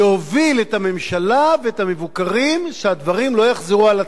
להוביל את הממשלה ואת המבוקרים שהדברים לא יחזרו על עצמם.